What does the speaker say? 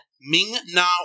Ming-Na